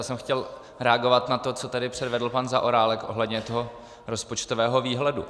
Já jsem chtěl reagovat na to, co tady předvedl pan Zaorálek ohledně rozpočtového výhledu.